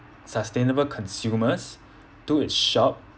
sustainable consumers to its shop